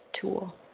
tool